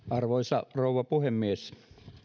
arvoisa rouva puhemies